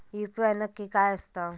UPI नक्की काय आसता?